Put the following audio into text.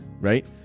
right